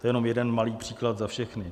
To jenom jeden malý příklad za všechny.